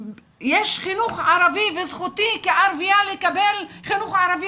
יש חינוך ערבי וזכותי כערבייה לקבל חינוך ערבי.